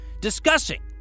discussing